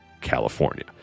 California